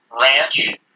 ranch